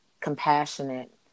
compassionate